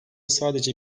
sadece